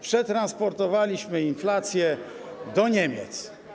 Przetransportowaliśmy inflację do Niemiec.